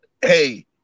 hey